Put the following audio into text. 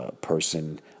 Person